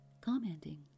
commenting